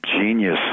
genius